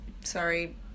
sorry